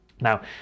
Now